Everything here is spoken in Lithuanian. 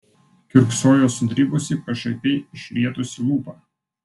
kiurksojo sudribusi pašaipiai išrietusi lūpą